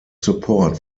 support